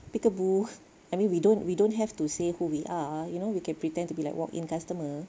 peekaboo I mean we don't we don't have to say who we are you know we can pretend to be like walk-in customer